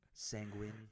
Sanguine